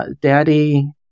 Daddy